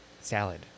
salad